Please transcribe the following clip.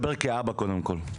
אני מדבר, קודם כול, כאבא.